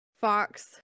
Fox